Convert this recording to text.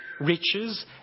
riches